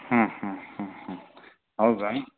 ಹ್ಞೂ ಹ್ಞೂ ಹ್ಞೂ ಹ್ಞೂ ಹೌದಾ